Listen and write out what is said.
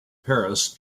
paris